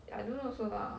ya I don't know also lah ah